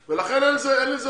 לכן אין עם זה בעיה,